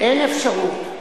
אין אפשרות,